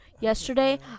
yesterday